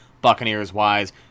Buccaneers-wise